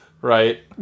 right